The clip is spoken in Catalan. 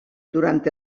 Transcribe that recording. durant